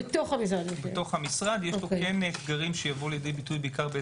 זה דבר אדיר ההתגייסות של המשרד לביטחון פנים